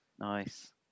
Nice